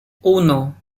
uno